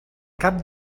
cap